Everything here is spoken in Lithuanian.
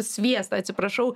sviestą atsiprašau